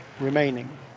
remaining